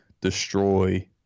destroy